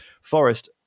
Forest